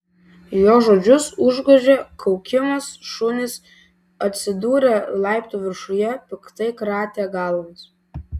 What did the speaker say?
jo žodžius užgožė kaukimas šunys atsidūrę laiptų viršuje piktai kratė galvas